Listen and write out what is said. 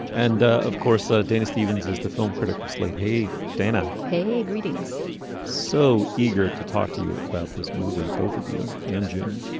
and of course ah dana stephens is the film critic of slate hey dana. hey greetings so eager to talk to you about this movie both of you and jin